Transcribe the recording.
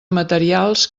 materials